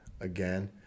again